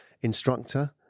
instructor